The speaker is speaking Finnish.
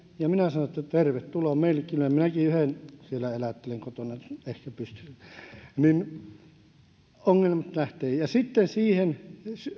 ja minä sanon että tervetuloa meillekin kyllä minäkin yhden siellä elättelen kotona ehkä pystyn niin ongelmat lähtevät sitten siihen